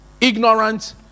ignorant